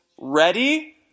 ready